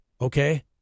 okay